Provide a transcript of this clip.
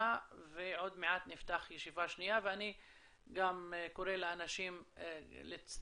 ועוד מעט נפתח ישיבה שנייה ואני קורא לאנשים להצטרף